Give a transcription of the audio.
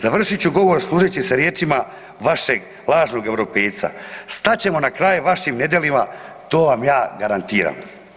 Završit ću govor služeći se riječima vašeg važnog Europejca, stat ćemo na kraj vašim nedjelima, to vam ja garantiram.